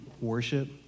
worship